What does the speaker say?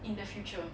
in the future